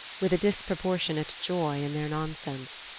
with a disproportionate joy in their nonsense.